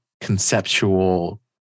conceptual